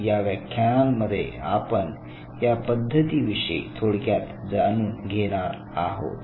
या व्याख्यानांमध्ये आपण या पद्धती विषयी थोडक्यात जाणून घेणार आहोत